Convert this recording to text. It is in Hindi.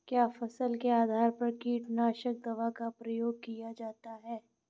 क्या फसल के आधार पर कीटनाशक दवा का प्रयोग किया जाता है?